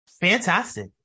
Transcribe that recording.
fantastic